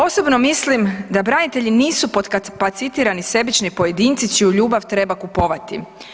Osobno mislim da branitelji nisu potkapacitirani sebični pojedinci čiju ljubav treba kupovati.